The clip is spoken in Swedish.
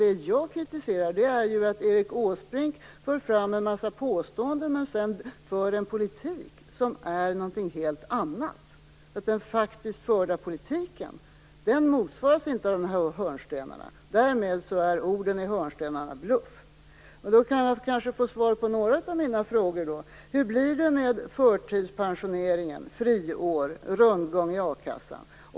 Det jag kritiserar är att Erik Åsbrink för fram en massa påståenden och sedan för en politik som är något helt annat. Den faktiskt förda politiken motsvaras inte av dessa hörnstenar. Därmed är orden i hörnstenarna bluff. Jag kan kanske få svar på några av mina frågor. Hur blir det med förtidspensioneringen, friår och rundgång i a-kassan?